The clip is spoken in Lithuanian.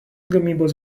gamybos